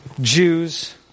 Jews